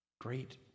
great